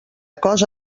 cosa